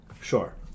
Sure